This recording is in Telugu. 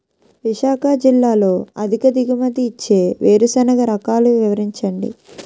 విశాఖ జిల్లాలో అధిక దిగుమతి ఇచ్చే వేరుసెనగ రకాలు వివరించండి?